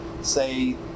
say